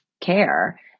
care